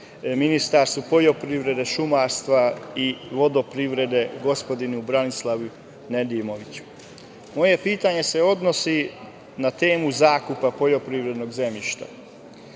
Ministarstvu poljoprivrede, šumarstva i vodoprivrede, gospodinu Branislavu Nedimoviću. Moje pitanje se odnosi na temu zakupa poljoprivrednog zemljišta.